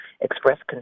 expressed